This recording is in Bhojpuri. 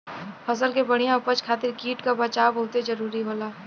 फसल के बढ़िया उपज खातिर कीट क बचाव बहुते जरूरी होला